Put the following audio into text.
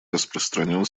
распространен